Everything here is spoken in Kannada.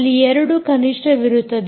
ಅಲ್ಲಿ 2 ಕನಿಷ್ಠವಿರುತ್ತದೆ